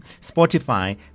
spotify